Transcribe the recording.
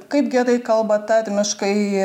kaip gerai kalba tarmiškai